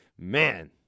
Man